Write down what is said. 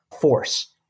force